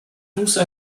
also